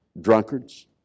drunkards